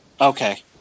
Okay